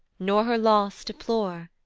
nor her loss deplore,